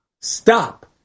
Stop